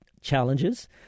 challenges